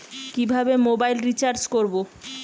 কিভাবে mobile recharge করব?